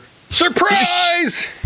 surprise